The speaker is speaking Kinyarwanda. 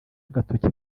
agatoki